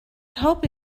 hope